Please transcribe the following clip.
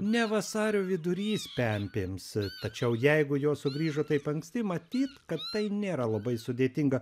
ne vasario vidurys pempėms tačiau jeigu jos sugrįžo taip anksti matyt kad tai nėra labai sudėtinga